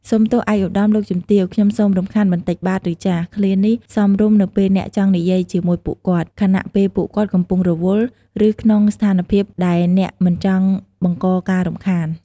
"សូមទោសឯកឧត្តម លោកជំទាវ ខ្ញុំសូមរំខានបន្តិចបាទ ឬ ចាស" ឃ្លានេះសមរម្យនៅពេលអ្នកចង់និយាយជាមួយពួកគាត់ ខណៈពេលពួកគាត់កំពុងរវល់ ឬក្នុងស្ថានភាពដែលអ្នកមិនចង់បង្កការរំខាន។